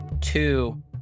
two